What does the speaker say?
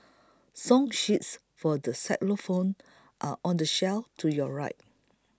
song sheets for the xylophones are on the shelf to your right